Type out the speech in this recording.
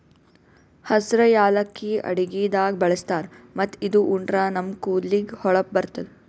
ಹಸ್ರ್ ಯಾಲಕ್ಕಿ ಅಡಗಿದಾಗ್ ಬಳಸ್ತಾರ್ ಮತ್ತ್ ಇದು ಉಂಡ್ರ ನಮ್ ಕೂದಲಿಗ್ ಹೊಳಪ್ ಬರ್ತದ್